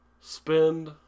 spend